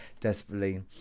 desperately